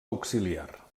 auxiliar